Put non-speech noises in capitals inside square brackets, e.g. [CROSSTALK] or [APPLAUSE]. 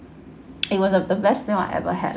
[NOISE] it was of the best meal I ever had